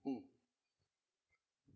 mm